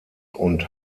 und